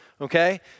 okay